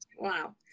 wow